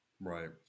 Right